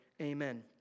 Amen